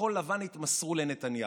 שכחול לבן התמסרו לנתניהו,